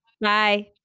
Bye